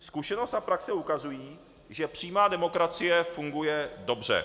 Zkušenost a praxe ukazují, že přímá demokracie funguje dobře.